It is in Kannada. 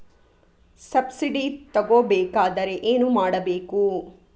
ಸಬ್ಸಿಡಿ ತಗೊಬೇಕಾದರೆ ಏನು ಮಾಡಬೇಕು?